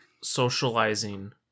socializing